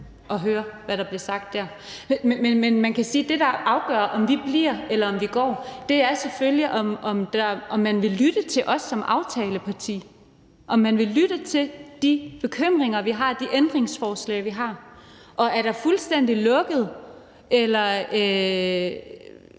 at høre, hvad der blev sagt der. Men man kan sige, at det, der afgør, om vi bliver eller går, selvfølgelig er, om man vil lytte til os som aftaleparti, og om man vil lytte til de bekymringer og ændringsforslag, vi har. Er der fuldstændig lukket for